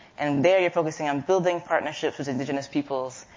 and there, you're focusing on building partnerships with indigenous peoples,